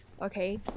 Okay